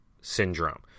Syndrome